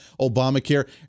Obamacare